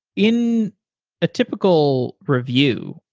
in a typical review,